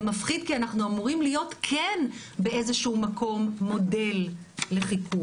זה מפחיד כי אנחנו אמורים להיות כן באיזה שהוא מקום מודל לחיקוי.